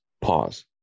pause